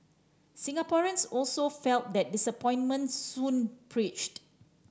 Singaporeans also felt the disappointment soon preached